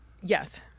Yes